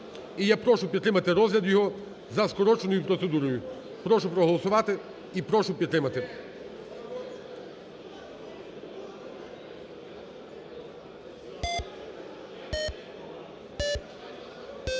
і я прошу підтримати розгляд його за скороченою процедурою. Прошу проголосувати і прошу підтримати.